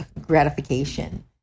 gratification